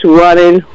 running